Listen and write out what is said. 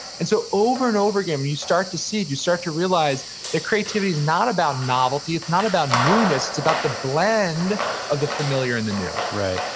and so over and over again, and you start to see it, you start of realize that creativity is not about novelty, it's not about newness. it's about the blend of the familiar and the new right.